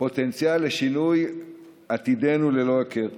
פוטנציאל לשינוי עתידנו ללא היכר.